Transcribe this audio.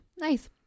Nice